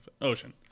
Ocean